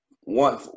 One